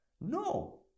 no